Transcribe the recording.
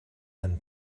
than